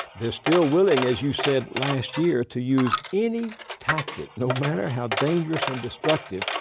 they're still willing, as you said last year, to use any tactic, no matter how dangerous and destructive,